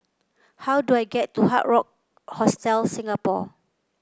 how do I get to Hard Rock Hostel Singapore